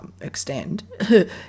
extend